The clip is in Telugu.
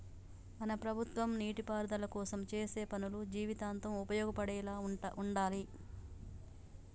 మన ప్రభుత్వం నీటిపారుదల కోసం చేసే పనులు జీవితాంతం ఉపయోగపడేలా ఉండాలి